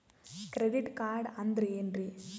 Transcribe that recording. Credit card ಅಂದ್ರ ಏನ್ರೀ?